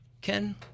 ken